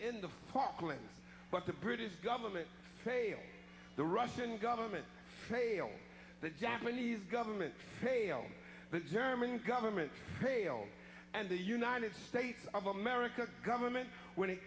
in the falklands but the british government failed the russian government failed the japanese government failed the german government pale and the united states of america government when it